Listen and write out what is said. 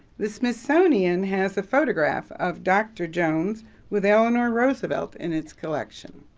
the smithsonian has a photograph of dr. jones with eleanor roosevelt in its collection.